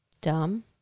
dumb